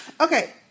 Okay